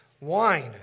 wine